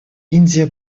индия